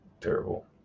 terrible